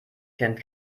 kennt